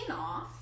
off